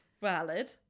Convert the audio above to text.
Valid